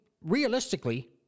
realistically